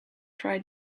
fry